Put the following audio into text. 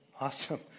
awesome